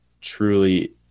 truly